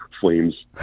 flames